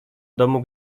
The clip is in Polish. domu